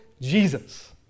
Jesus